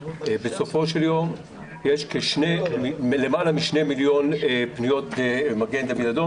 בסופו של יום יש למעלה מ-2 מיליון פניות למגן דוד אדום